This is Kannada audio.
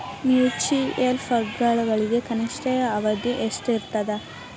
ಮ್ಯೂಚುಯಲ್ ಫಂಡ್ಗಳಿಗೆ ಕನಿಷ್ಠ ಅವಧಿ ಎಷ್ಟಿರತದ